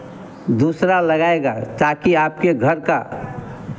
दूसरा लगाएगा ताकि आपके घर का